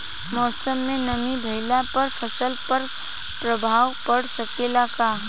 मौसम में नमी भइला पर फसल पर प्रभाव पड़ सकेला का?